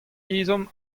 ezhomm